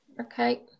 Okay